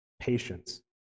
patience